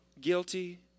guilty